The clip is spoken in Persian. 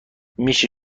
میشه